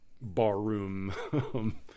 barroom